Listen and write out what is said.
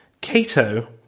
Cato